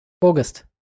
August